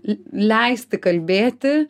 leisti kalbėti